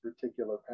particular